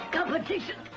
Competition